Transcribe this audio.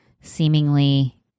seemingly